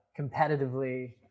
competitively